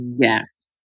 Yes